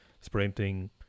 sprinting